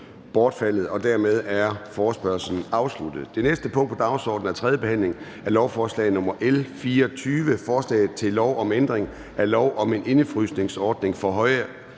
Dermed er forespørgslen afsluttet. --- Det næste punkt på dagsordenen er: 3) 3. behandling af lovforslag nr. L 24: Forslag til lov om ændring af lov om en indefrysningsordning for høje